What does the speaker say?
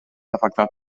afectat